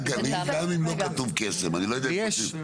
גם אם לא כתוב קסם אני לא יודע רגע,